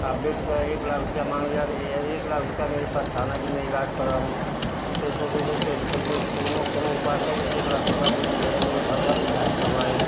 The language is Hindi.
अब बेड का एक लाख रुपया माँग लिया तो अरे एक लाख रुपया मेरे पास था न कि मैं इलाज़ कराऊँ तो कैसों कैसों कैसे कौनों कौनों उपाय करके तो एक लाख रुपया ले कर गए मेरे घरवाले इलाज़ करवाए